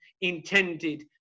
intended